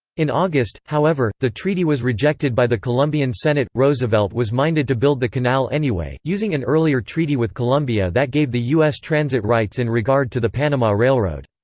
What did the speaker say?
in august, however, the treaty was rejected by the colombian senate roosevelt was minded to build the canal anyway, using an earlier treaty with colombia that gave the u s. transit rights in regard to the panama railroad.